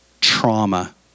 trauma